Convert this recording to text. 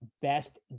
best